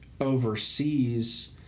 overseas